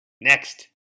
next